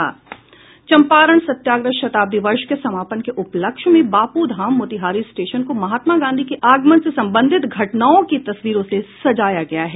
चम्पारण सत्याग्रह शताब्दी वर्ष के समापन के उपलक्ष्य में बापूधाम मोतिहारी स्टेशन को महात्मा गांधी के आगमन से संबंधित घटनाओं की तस्वीरों से सजाया गया है